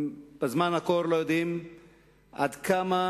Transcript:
בזמן הקור הם לא יודעים עד כמה